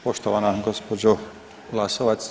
Poštovana gospođo Glasovac.